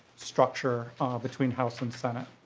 structure between house and senate.